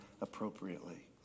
appropriately